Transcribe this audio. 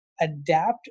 adapt